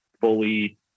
fully